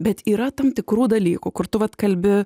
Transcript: bet yra tam tikrų dalykų kur tu vat kalbi